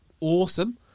awesome